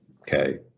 Okay